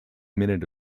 minute